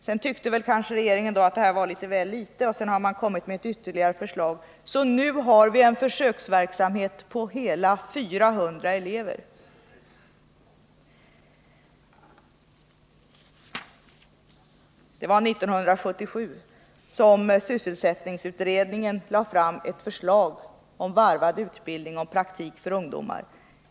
Sedan tyckte kanske regeringen att det var litet väl litet och lade fram ett ytterligare förslag. Nu har vi en försöksverksamhet som omfattar hela 400 elever! Det var alltså 1977 som sysselsättningsutredningen lade fram ett förslag om varvad utbildning och praktik för ungdomar.